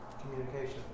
communication